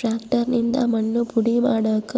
tractor ನಿಂದ ಮಣ್ಣು ಪುಡಿ ಮಾಡಾಕ